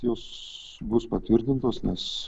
jos bus patvirtintos nes